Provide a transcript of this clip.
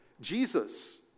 Jesus